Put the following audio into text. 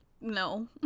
No